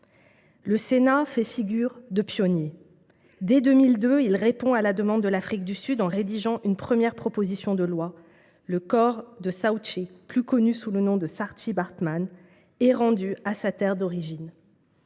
Le Sénat fait figure de pionnier. Dès 2002, il répond à la demande de l’Afrique du Sud en rédigeant une première proposition de loi. Le corps de Sawtche, plus connue sous le nom de Saartjie Baartman, est rendu à sa terre d’origine.